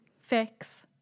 fix